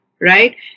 right